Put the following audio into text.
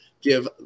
give